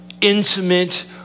intimate